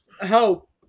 Help